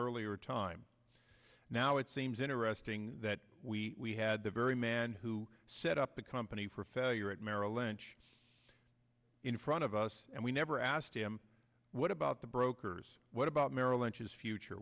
earlier time now it seems interesting that we had the very man who set up the company for failure at merrill lynch in front of us and we never asked him what about the brokers what about merrill lynch is future